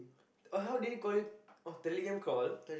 uh how did it call you oh Telegram call